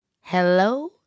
hello